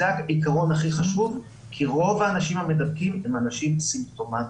זה העיקרון הכי חשוב כי רוב האנשים המדבקים הם אנשים סימפטומטיים,